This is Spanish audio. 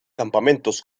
campamentos